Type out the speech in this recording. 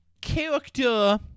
character